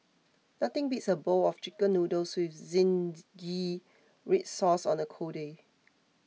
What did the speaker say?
nothing beats a bowl of Chicken Noodles with Zingy Red Sauce on a cold day